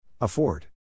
Afford